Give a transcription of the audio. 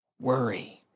worry